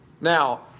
Now